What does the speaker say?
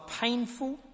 painful